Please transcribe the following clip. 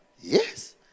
Yes